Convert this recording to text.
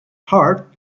hard